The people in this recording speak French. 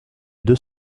deux